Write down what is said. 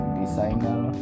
designer